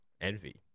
Envy